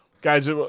Guys